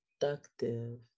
productive